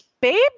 babe